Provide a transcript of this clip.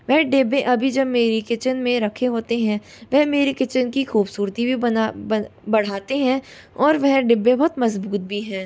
वह डिब्बे अभी जब मेरी किचन में रखे होते हैं वह मेरी किचन की खूबसूरती भी बना बना बढ़ाते हैं और वह है डिब्बे बहुत मज़बूत भी हैं